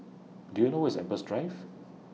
Do YOU know Where IS Empress Drive